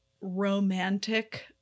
romantic